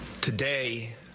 Today